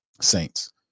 Saints